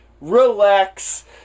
relax